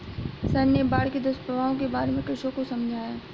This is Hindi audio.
सर ने बाढ़ के दुष्प्रभावों के बारे में कृषकों को समझाया